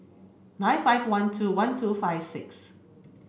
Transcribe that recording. nine five one two one two five six